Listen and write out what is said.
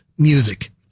Music